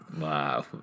Wow